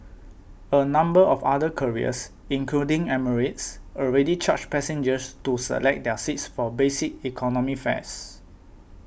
a number of other carriers including Emirates already charge passengers to select their seats for basic economy fares